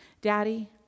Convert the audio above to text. Daddy